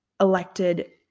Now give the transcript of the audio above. elected